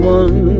one